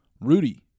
rudy